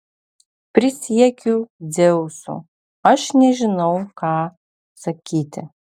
prisiekiu dzeusu aš nežinau ką sakyti